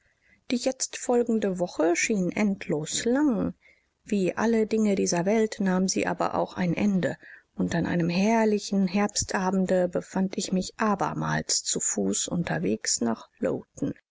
die jetzt folgende woche schien endlos lang wie alle dinge dieser welt nahm sie aber auch ein ende und an einem herrlichen herbstabende befand ich mich abermals zu fuß unterwegs nach lowton